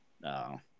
no